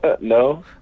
No